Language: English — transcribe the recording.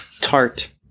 Tart